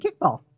kickball